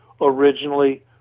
originally